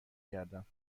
کردم